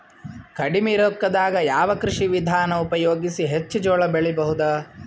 ಕಡಿಮಿ ರೊಕ್ಕದಾಗ ಯಾವ ಕೃಷಿ ವಿಧಾನ ಉಪಯೋಗಿಸಿ ಹೆಚ್ಚ ಜೋಳ ಬೆಳಿ ಬಹುದ?